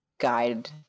guide